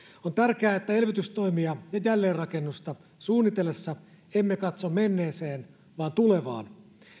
on tärkeää että elvytystoimia ja jälleenrakennusta suunnitellessamme emme katso menneeseen vaan tulevaan